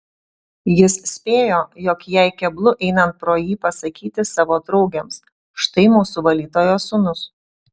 jis spėjo jog jai keblu einant pro jį pasakyti savo draugėms štai mūsų valytojos sūnus